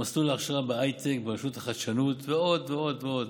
מסלול להכשרה בהייטק ברשות החדשנות ועוד ועוד ועוד.